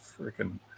freaking